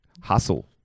hustle